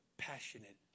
passionate